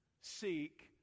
seek